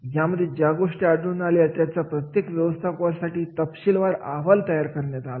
यामध्ये ज्या गोष्टी आढळून आल्या त्याचा प्रत्येक व्यवस्थापकास साठी तपशीलवार अहवाल तयार करण्यात आला